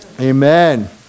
Amen